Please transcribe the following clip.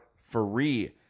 free